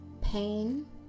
Pain